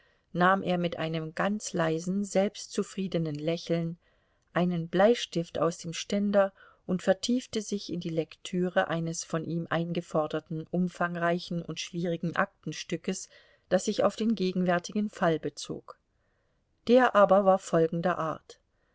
nahm er mit einem ganz leisen selbstzufriedenen lächeln einen bleistift aus dem ständer und vertiefte sich in die lektüre eines von ihm eingeforderten umfangreichen und schwierigen aktenstückes das sich auf den gegenwärtigen fall bezog der aber war folgender art